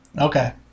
Okay